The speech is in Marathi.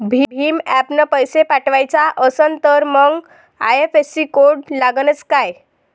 भीम ॲपनं पैसे पाठवायचा असन तर मंग आय.एफ.एस.सी कोड लागनच काय?